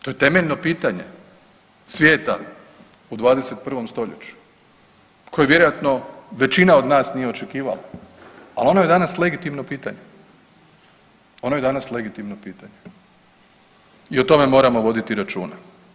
To je temeljno pitanje svijeta u 21. stoljeću koji vjerojatno većina od nas nije očekivali, ali ono je danas legitimno pitanje, ono je danas legitimno pitanje i o tome moramo voditi računa.